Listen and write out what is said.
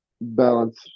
balance